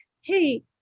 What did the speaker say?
hey